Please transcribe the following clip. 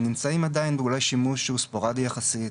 שנמצאים עדיין אולי בשימוש שהוא ספורדי יחסית,